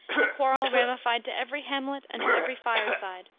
the quarrel ramified to every hamlet and to every fireside,